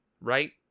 right